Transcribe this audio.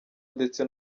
ndetse